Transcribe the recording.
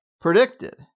predicted